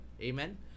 Amen